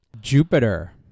Jupiter